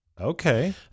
Okay